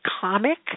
comic